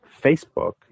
Facebook